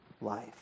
life